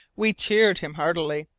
we cheered him heartily.